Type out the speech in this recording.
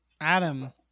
Adam